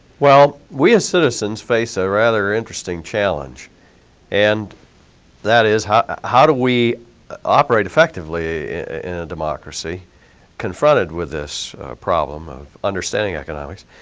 well, we as citizens face a rather interesting challenge and that is how how do we operate effectively in a democracy confronted with this problem of understanding economics?